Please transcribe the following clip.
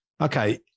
Okay